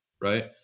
Right